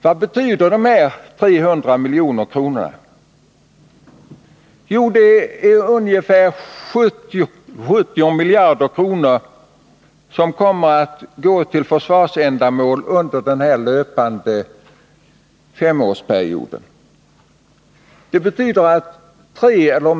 Vad betyder dessa 300 milj.kr.? Jo, att 3 eller 4 promille av de ungefär 70 miljarder kronor som kommer att gå till försvarsändamål under den löpande femårsperioden kommer att sparas.